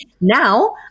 now